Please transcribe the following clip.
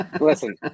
Listen